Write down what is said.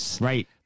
Right